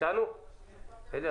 ענבר